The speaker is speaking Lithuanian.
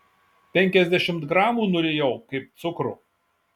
penkiasdešimt gramų nurijau kaip cukrų